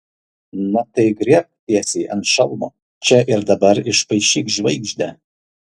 na tai griebk tiesiai ant šalmo čia ir dabar išpaišyk žvaigždę